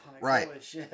Right